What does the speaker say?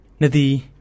nadi